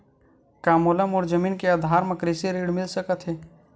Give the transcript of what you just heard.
का मोला मोर जमीन के आधार म कृषि ऋण मिल सकत हे?